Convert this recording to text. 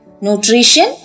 Nutrition